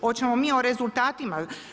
Hoćemo mi o rezultatima.